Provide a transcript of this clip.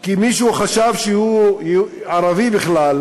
כי מישהו חשב שהוא ערבי בכלל,